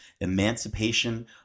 emancipation